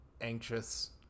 anxious